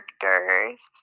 characters